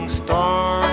star